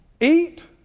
eat